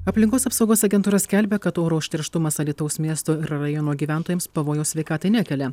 aplinkos apsaugos agentūra skelbia kad oro užterštumas alytaus miesto ir rajono gyventojams pavojaus sveikatai nekelia